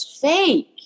fake